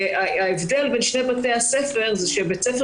ההבדל בין שני בתי הספר הוא שבית ספר